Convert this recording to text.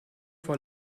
vor